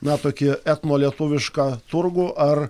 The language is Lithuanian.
na tokį etno lietuvišką turgų ar